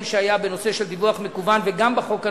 שהיה בנושא של דיווח מקוון וגם בחוק הנוכחי,